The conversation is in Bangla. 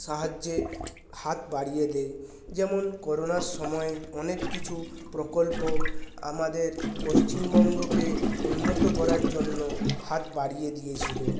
সাহায্যের হাত বাড়িয়ে দেয় যেমন করোনার সময় অনেক কিছু প্রকল্প আমাদের পশ্চিমবঙ্গকে উন্নত করার জন্য হাত বাড়িয়ে দিয়েছিল